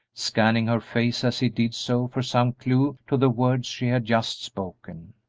scanning her face as he did so for some clew to the words she had just spoken.